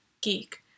geek